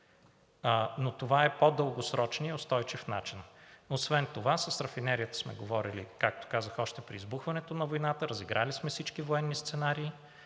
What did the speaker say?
но това е по-дългосрочният устойчив начин. Освен това с рафинерията сме говорили, както казах, още при избухването на войната, разиграли сме всички военни сценарии,